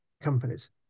companies